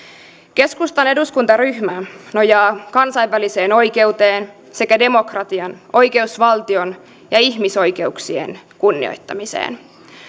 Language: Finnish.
keskustan eduskuntaryhmä nojaa kansainväliseen oikeuteen sekä demokratian oikeusvaltion ja ihmisoikeuksien kunnioittamiseen